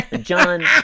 John